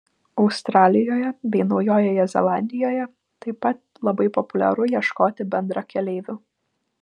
australijoje bei naujojoje zelandijoje taip pat labai populiaru ieškoti bendrakeleivių